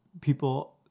people